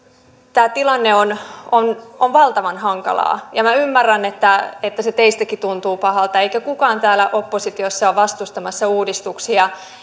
tämä tilanne on on valtavan hankala ja minä ymmärrän että että se teistäkin tuntuu pahalta eikä kukaan täällä oppositiossa ole vastustamassa uudistuksia